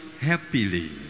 happily